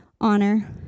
honor